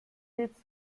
jetzt